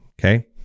Okay